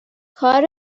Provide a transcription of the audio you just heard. کار